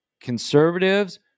Conservatives